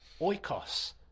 oikos